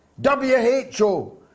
W-H-O